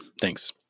Thanks